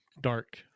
dark